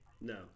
no